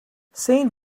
saint